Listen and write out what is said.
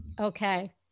Okay